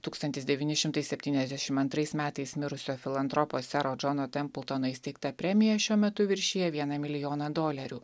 tūkstantis devyni šimtai septyniasdešim antrais metais mirusio filantropo sero džono templtono įsteigta premija šiuo metu viršija vieną milijoną dolerių